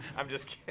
i'm just